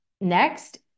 next